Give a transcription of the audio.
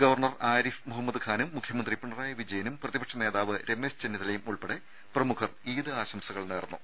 governor Arif Mohammad ഖാനും മുഖ്യമന്ത്രി പിണറായി വിജയനും പ്രതിപക്ഷ നേതാവ് രമേശ് ചെന്നിത്തലയും ഉൾപ്പടെ പ്രമുഖർ ഈദ് ആശംസകൾ നേർന്നു